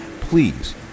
please